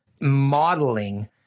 modeling